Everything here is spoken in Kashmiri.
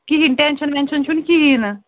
کہیٖنٛۍ ٹٮ۪نٛشن وٮ۪نٛشن چھُ نہٕ کہیٖنٛۍ نہٕ